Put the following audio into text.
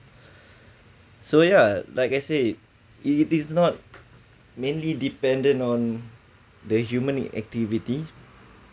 so yeah like I said it is not mainly dependent on the human activity